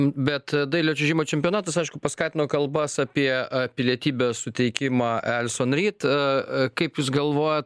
bet dailiojo čiuožimo čempionatas aišku paskatino kalbas apie a pilietybės suteikimą elison ryt a a kaip jūs galvojat